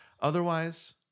Otherwise